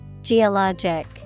geologic